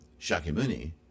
Shakyamuni